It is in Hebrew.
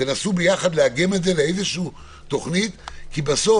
נסו לאגם את זה לתוכנית, כי בסוף,